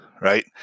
right